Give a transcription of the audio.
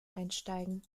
einsteigen